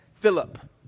Philip